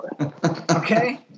Okay